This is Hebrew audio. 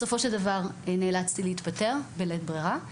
בסופו של דבר נאלצתי להתפטר, בלית ברירה,